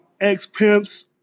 ex-pimps